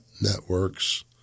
networks